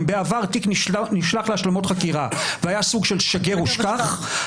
אם בעבר תיק נשלח להשלמות חקירה והיה סוג של שגר ושכח,